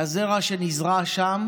והזרע שנזרע שם